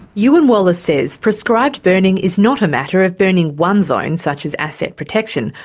ewan waller says prescribed burning is not a matter of burning one zone, such as asset protection,